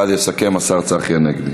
ואז יסכם השר צחי הנגבי.